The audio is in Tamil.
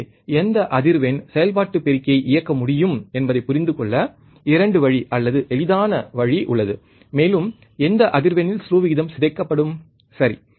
எனவே எந்த அதிர்வெண் செயல்பாட்டு பெருக்கியை இயக்க முடியும் என்பதைப் புரிந்துகொள்ள 2 வழி அல்லது எளிதான வழி உள்ளது மேலும் எந்த அதிர்வெண்ணில் ஸ்லூ விகிதம் சிதைக்கப்படும் சரி